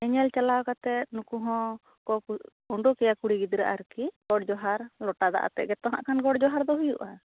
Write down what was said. ᱧᱮ ᱧᱮᱞ ᱪᱟᱞᱟᱣ ᱠᱟᱛᱮᱫ ᱱᱩᱠᱩ ᱦᱚᱸ ᱩᱰᱩᱠᱮᱭᱟ ᱠᱩᱲᱤ ᱜᱤᱫᱽᱨᱟᱹ ᱟᱨᱠᱤ ᱜᱚᱰ ᱡᱚᱦᱟᱨ ᱞᱟᱴᱟ ᱫᱟᱜ ᱟᱛᱮ ᱜᱮᱛᱚ ᱠᱷᱟᱱ ᱜᱚᱰ ᱡᱚᱦᱟᱨ ᱫᱚ ᱦᱩᱭᱩᱜᱼᱟ